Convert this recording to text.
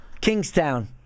Kingstown